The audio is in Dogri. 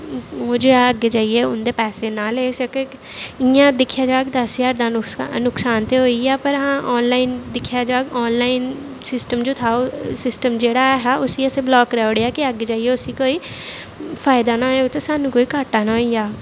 ओह् जे अग्गें जाइयै उंदे पैसे नां लेई सकै इयां दिक्खेआ जाह्ग दस ज्हार दा नुकसान ते होई गेआ पर हां आनलाइन दिक्खेआ जाह्ग आनलाइन सिस्टम जो था सिस्टम जेह्ड़ा ऐ हा उसी असें ब्लाक कराई ओड़ेआ कि अग्गें जाइयै उसी कोई फायदा ना होए ओह्दे च सानूं कोई घाटा ना होई जा